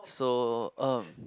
so uh